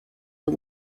the